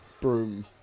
broom